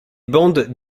bandes